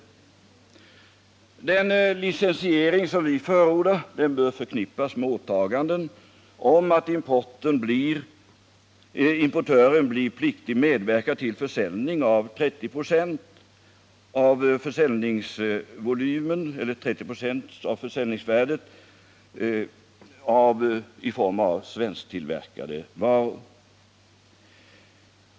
Den licensiering vi förordar bör förknippas med åtaganden om att importören blir pliktig att medverka till försäljning av 30 96 av försäljningsvärdet i form av svenska varor.